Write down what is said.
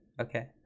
Okay